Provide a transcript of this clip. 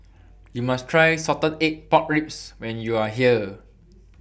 YOU must Try Salted Egg Pork Ribs when YOU Are here